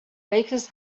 bakers